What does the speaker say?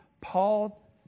Paul